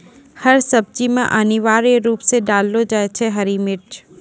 हर सब्जी मॅ अनिवार्य रूप सॅ डाललो जाय छै हरी मिर्च